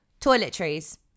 Toiletries